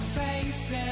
faces